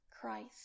Christ